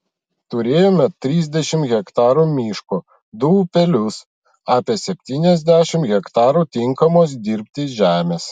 turėjome trisdešimt hektarų miško du upelius apie septyniasdešimt hektarų tinkamos dirbti žemės